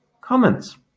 comments